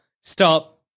Stop